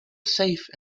safe